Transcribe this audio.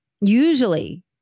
usually